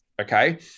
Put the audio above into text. Okay